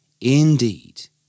Indeed